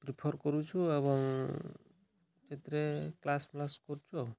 prefer କରୁଛୁ ଏବଂ ସେଥିରେ କ୍ଲାସ୍ ମ୍ଳାସ୍ କରୁଛୁ ଆଉ